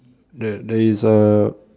there there is a